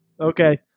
Okay